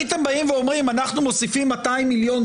הייתם באים ואומרים: אנחנו מוסיפים 200,000,000